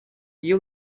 you